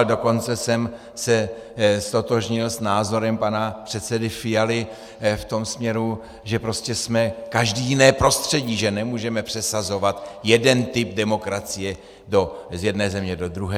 Dokonce jsem se ztotožnil s názorem pana předsedy Fialy v tom směru, že prostě jsme každý jiné prostředí, že nemůžeme přesazovat jeden typ demokracie z jedné země do druhé.